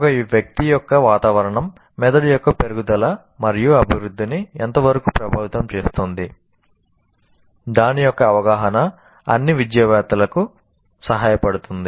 ఒక వ్యక్తి యొక్క వాతావరణం మెదడు యొక్క పెరుగుదల మరియు అభివృద్ధిని ఎంతవరకు ప్రభావితం చేస్తుంది దాని యొక్క అవగాహన అన్ని విద్యావేత్తలకు సహాయపడుతుంది